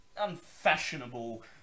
unfashionable